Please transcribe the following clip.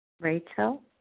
Rachel